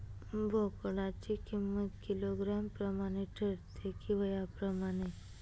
बोकडाची किंमत किलोग्रॅम प्रमाणे ठरते कि वयाप्रमाणे?